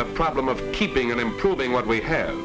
the problem of keeping in improving what we have